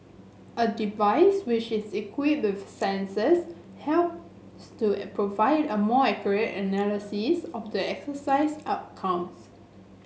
a device which is equipped with sensors helps to provide a more accurate analysis of the exercise outcomes